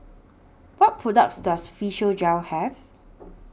What products Does Physiogel Have